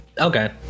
Okay